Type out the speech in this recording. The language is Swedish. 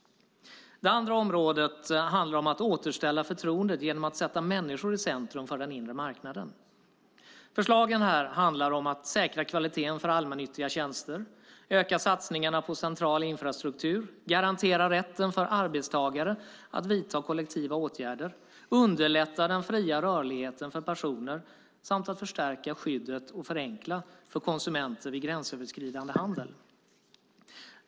Det andra området handlar om att återställa förtroendet genom att sätta människor i centrum för den inre marknaden. Förslagen här handlar om att säkra kvaliteten för allmännyttiga tjänster, öka satsningarna på central infrastruktur, garantera rätten för arbetstagare att vidta kollektiva åtgärder, underlätta den fria rörligheten för personer och att förstärka skyddet och förenkla för konsumenten vid gränsöverskridande handel.